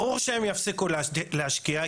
ברור שהם יפסיקו להשקיע,